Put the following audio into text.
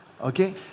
okay